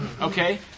okay